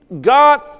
God